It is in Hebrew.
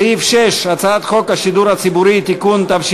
סעיף 6: הצעת חוק השידור הציבורי (תיקון),